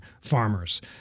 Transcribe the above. farmers